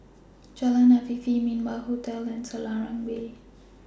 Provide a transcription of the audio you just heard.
Jalan Afifi Min Wah Hotel and Selarang Way